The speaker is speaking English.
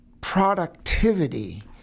productivity